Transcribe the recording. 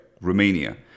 Romania